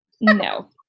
no